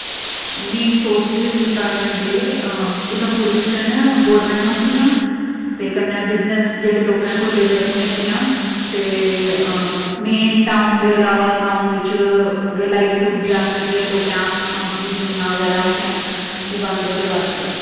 main sources employment दे उधमपुर बिच्च न गौरमैंट नौकरियां ते कन्नै बिज़नेस जेह्ड़े लोकें खोल्ली दे अपनियां हट्टियां ते मेन टाऊन दे अलावा गांव बिच ते लाइवलीहूड बास्तै लोकें ते अपनियां जमीनां बगैरा उत्थै ते उगांदे बस